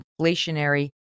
inflationary